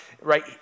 right